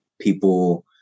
people